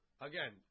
Again